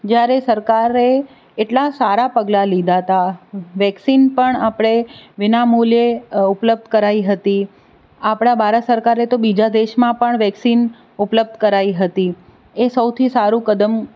જ્યારે સરકારે એટલા સારા પગલા લીધા હતા વેક્સીન પણ આપણે વિનામૂલ્યે ઉપલબ્ધ કરાવી હતી આપણા ભારત સરકારે તો બીજા દેશમાં પણ વેક્સીન ઉપલબ્ધ કરાવી હતી એ સૌથી સારું કદમ